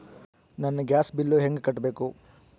ನನ್ನ gas bill ಹೆಂಗ ಕಟ್ಟಬೇಕು?